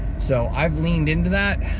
so i've leaned into that.